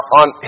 on